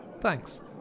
Thanks